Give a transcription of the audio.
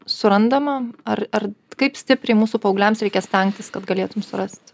surandama ar ar kaip stipriai mūsų paaugliams reikia stengtis kad galėtum surast